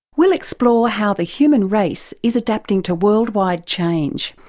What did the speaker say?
we'll explore how the human race is adapting to worldwide change,